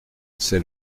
c’est